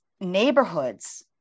neighborhoods